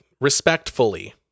respectfully